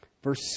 Verse